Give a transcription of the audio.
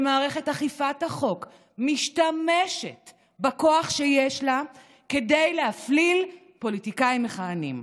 שמערכת אכיפת החוק משתמשת בכוח שיש לה כדי להפליל פוליטיקאים מכהנים.